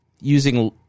using